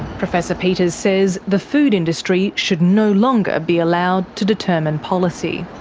professor peeters says the food industry should no longer be allowed to determine policy.